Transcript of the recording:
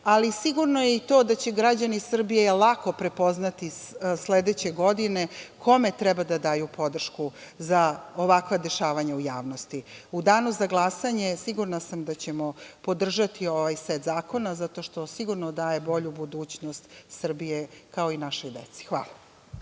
Ali, sigurno je i to da će građani Srbije lako prepoznati sledeće godine kome treba da daju podršku za ovakva dešavanja u javnosti.U danu za glasanje sigurna sam da ćemo podržati ovaj set zakona, zato što sigurno daje bolju budućnost Srbije, kao i našoj deci. Hvala.